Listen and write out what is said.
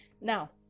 now